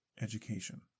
education